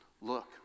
look